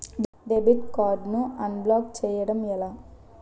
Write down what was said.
Debit card ను unblock block చేయటం ఎలా?